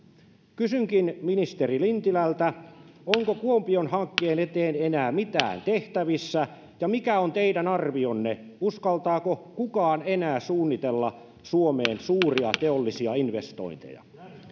kysynkin ministeri lintilältä onko kuopion hankkeen eteen enää mitään tehtävissä ja mikä on teidän arvionne uskaltaako kukaan enää suunnitella suomeen suuria teollisia investointeja